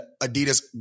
Adidas